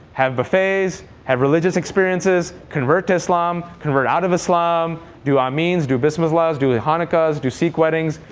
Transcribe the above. have buffets, have religious experiences, convert to islam, convert out of islam, do ameens, do bismillahs, do the hanukkahs, do sikh weddings.